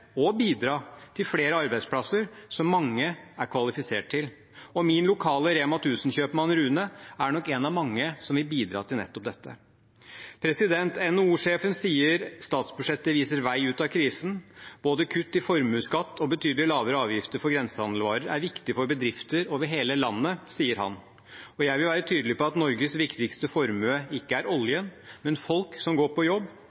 og bidra til flere arbeidsplasser som mange er kvalifisert til, og min lokale REMA 1000-kjøpmann Rune er nok en av mange som vil bidra til nettopp dette. NHO-sjefen sier statsbudsjettet viser vei ut av krisen. Både kutt i formuesskatt og betydelig lavere avgifter for grensehandelsvarer er viktig for bedrifter over hele landet, sier han. Og jeg vil være tydelig på at Norges viktigste formue ikke er oljen, men folk som går på jobb,